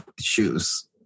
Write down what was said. shoes